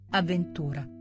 avventura